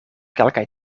kelkaj